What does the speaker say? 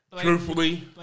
Truthfully